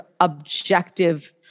objective